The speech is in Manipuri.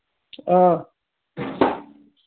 ꯑ